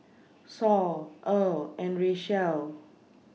Saul Earle and Richelle